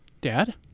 dad